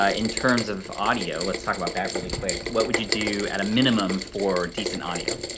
ah in terms of audio, let's talk about that really quick. what would you do at a minimum for decent audio?